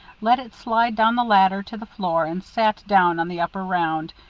let it slide down the ladder to the floor and sat down on the upper round,